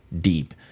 deep